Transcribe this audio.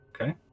okay